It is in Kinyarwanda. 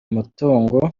matungo